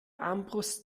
armbrust